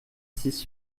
six